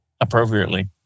appropriately